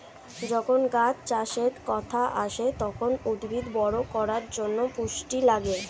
যখন গাছ চাষের কথা আসে, তখন উদ্ভিদ বড় করার জন্যে পুষ্টি লাগে